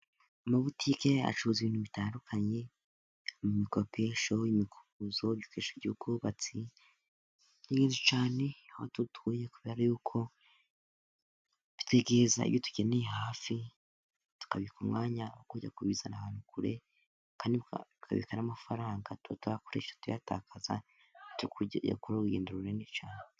Mu mabutike acuruza ibintu bitandukanye, imikoropesho, imikubuzo ,ibikoresho by'ubwubatsi, aho dutuye y'uko dutegereza iyo tukeneye hafi tukabika umwanya wo kujya kubizana ahantu kure, kandi akabika n'amafaranga tutayakoresha tuyatakaza yakoraho urugendo runini cyane.